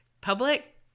public